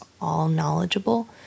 all-knowledgeable